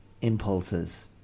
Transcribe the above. impulses